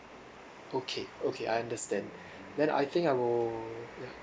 okay okay I understand then I think I will ya